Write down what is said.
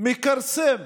אם מכריזים